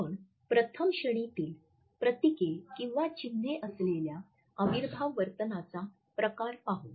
आपण प्रथम श्रेणीतील प्रतीके किंवा चिन्हे असलेल्या अविर्भाव वर्तनाचा प्रकार पाहू